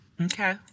Okay